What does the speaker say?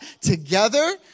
together